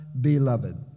beloved